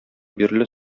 бирле